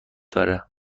داره